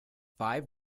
five